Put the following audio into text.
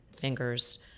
fingers